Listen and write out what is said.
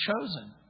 chosen